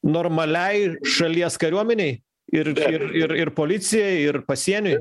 normaliai šalies kariuomenei ir ir ir policijai ir pasieniui